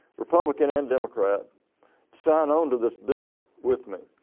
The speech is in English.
republican and democrat sign on to this bill with me.